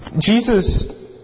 Jesus